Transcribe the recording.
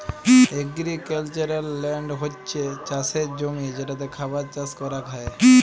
agricultural land হছ্যে চাসের জমি যেটাতে খাবার চাস করাক হ্যয়